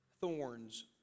thorns